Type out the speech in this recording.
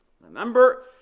Remember